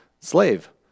slave